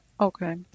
okay